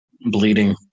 bleeding